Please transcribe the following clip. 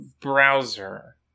browser